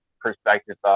perspective